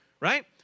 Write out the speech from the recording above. right